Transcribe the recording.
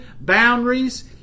boundaries